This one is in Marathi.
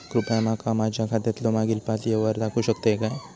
कृपया माका माझ्या खात्यातलो मागील पाच यव्हहार दाखवु शकतय काय?